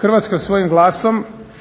Hrvatska svojim glasom